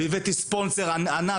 הבאתי ספונסר ענק.